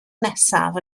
nesaf